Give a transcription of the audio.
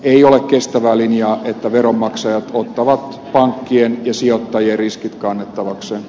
ei ole kestävä linja että veronmaksajat ottavat pankkien ja sijoittajien riskit kannettavakseen